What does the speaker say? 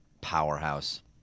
powerhouse